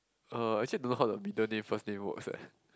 uh actually don't know how the middle name first name works eh